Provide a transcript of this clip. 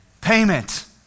Payment